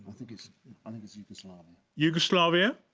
think it's um it's yugoslavia. yugoslavia?